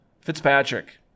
Fitzpatrick